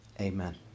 Amen